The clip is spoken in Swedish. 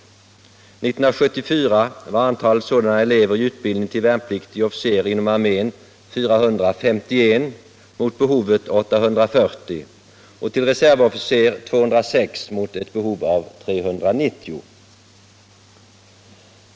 1974 var antalet sådana elever i utbildning till värnpliktig officer inom armén 451 mot behovet 840 till reservofficer 206 mot ett behov av 390.